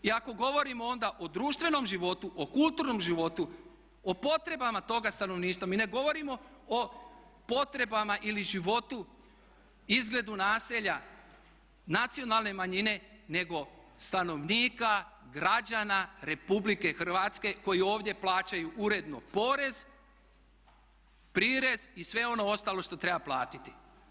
I ako govorimo onda o društvenom životu, o kulturnom životu, o potrebama toga stanovništva mi ne govorimo o potrebama ili životu izgledu naselja nacionalne manjine nego stanovnika, građana Republike Hrvatske koji ovdje plaćaju uredno porez, prirez i sve ono ostalo što treba platiti.